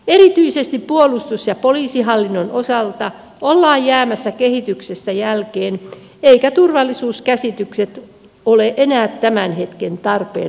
erityisesti puolustus ja poliisihallinnon osalta ollaan jäämässä kehityksestä jälkeen eivätkä turvallisuuskäsitykset ole enää tämän hetken tarpeen mukaisia